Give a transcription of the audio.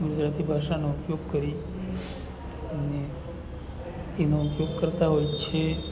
ગુજરાતી ભાષાનો ઉપયોગ કરી અને એનો ઉપયોગ કરતા હોય છે